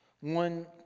One